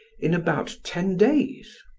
in about ten days?